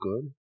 good